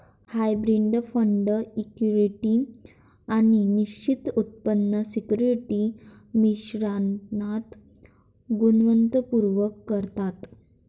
hybrid fund equity आणि निश्चित उत्पन्न सिक्युरिटीज मिश्रणात गुंतवणूक करतात